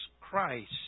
Christ